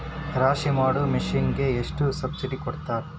ರಾಶಿ ಮಾಡು ಮಿಷನ್ ಗೆ ಎಷ್ಟು ಸಬ್ಸಿಡಿ ಕೊಡ್ತಾರೆ?